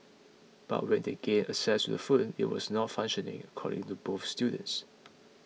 but when they gained access to the phone it was not functioning according to both students